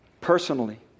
personally